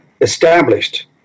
established